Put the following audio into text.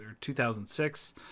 2006